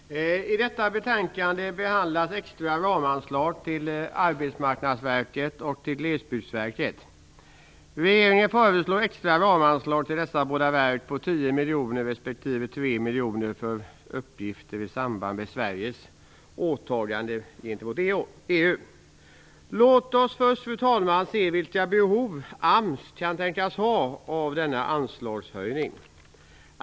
Fru talman! I detta betänkande behandlas extra ramanslag till Arbetsmarknadsverket och till Glesbygdsverket. Regeringen föreslår extra ramanslag till dessa båda verk på 10 miljoner respektive 3 miljoner för uppgifter i samband med Sveriges åtaganden gentemot EU. Låt oss först, fru talman, se vilka behov AMS kan tänkas ha av denna anslagshöjning.